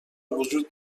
وجود